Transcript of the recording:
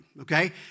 okay